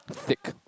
thick